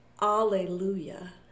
Alleluia